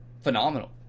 phenomenal